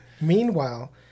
Meanwhile